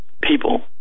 people